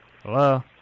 Hello